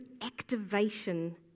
activation